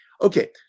Okay